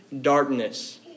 darkness